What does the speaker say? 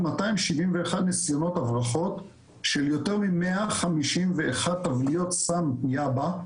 חשפנו 271 ניסיונות הברחות של יותר מ-151 טבליות סם יאבה,